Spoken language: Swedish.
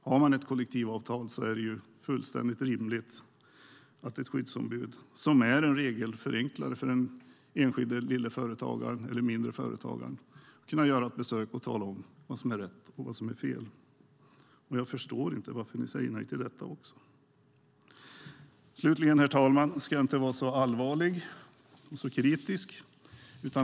Har man ett kollektivavtal är det fullständigt rimligt att ett skyddsombud, som är en regelförenklare för den enskilde eller mindre företagaren, ska kunna göra ett besök och tala om vad som är rätt och vad som är fel. Jag förstår inte varför ni säger nej till detta också. Slutligen, herr talman, ska jag inte vara så allvarlig och så kritisk.